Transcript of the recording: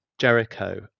Jericho